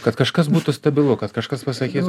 kad kažkas būtų stabilu kad kažkas pasakys